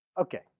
Okay